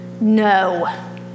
No